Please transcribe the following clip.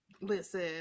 Listen